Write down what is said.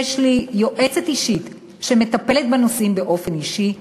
יש לי יועצת אישית שמטפלת בנושאים באופן אישי,